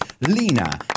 Lina